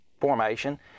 formation